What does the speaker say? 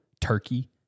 Turkey